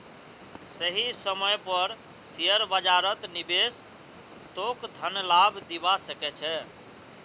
सही समय पर शेयर बाजारत निवेश तोक धन लाभ दिवा सके छे